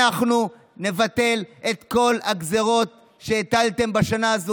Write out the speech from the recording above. אנחנו נבטל את כל הגזרות שהטלתם בשנה הזו.